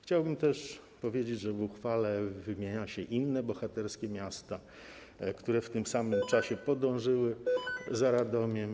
Chciałbym też powiedzieć, że w uchwale wymienia się inne bohaterskie miasta, które w tym samym czasie podążyły za Radomiem.